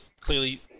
clearly